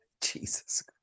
jesus